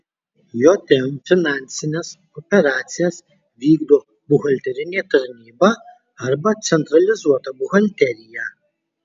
jm finansines operacijas vykdo buhalterinė tarnyba arba centralizuota buhalterija